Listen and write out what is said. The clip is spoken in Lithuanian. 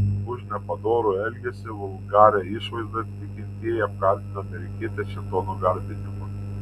už nepadorų elgesį vulgarią išvaizdą tikintieji apkaltino amerikietę šėtono garbinimu